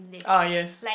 ah yes